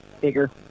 Bigger